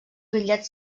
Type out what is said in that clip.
bitllets